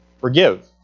Forgive